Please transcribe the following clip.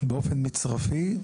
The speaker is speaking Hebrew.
באופן מצרפי?